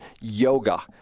yoga